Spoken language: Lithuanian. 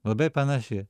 labai panaši